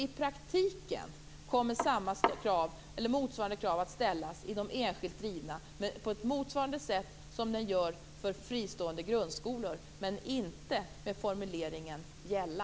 I praktiken kommer motsvarande krav att ställas i de enskilt drivna förskolorna på ett motsvarande sätt som när det gäller fristående grundskolor, men inte med formuleringen "gälla".